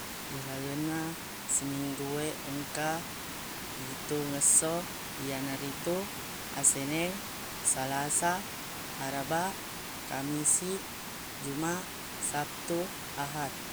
Rilalenna siminggue engka pitungesso yanaritu aseneng salasa araba kamisiq jumaq sabtu ahad